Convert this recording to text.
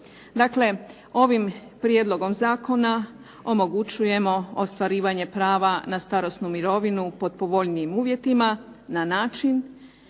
Dakle, ovim prijedlogom zakona omogućujemo ostvarivanje prava na starosnu mirovinu pod povoljnijim uvjetima na način